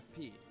FP